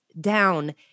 down